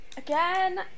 Again